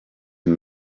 and